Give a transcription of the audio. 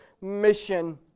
mission